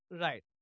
Right